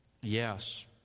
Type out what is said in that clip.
Yes